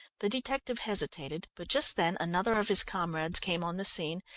the detective hesitated, but just then another of his comrades came on the scene,